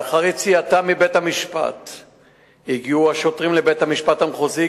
לאחר יציאתם מבית-המעצר הגיעו השוטרים לבית-המשפט המחוזי.